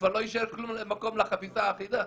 כבר לא יישאר כלום לחפיסה האחידה.